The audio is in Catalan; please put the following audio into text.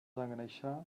engreixar